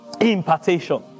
Impartation